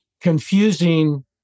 confusing